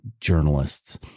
journalists